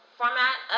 format